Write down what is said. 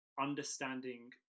understanding